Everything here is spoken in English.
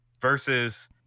Versus